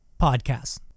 podcasts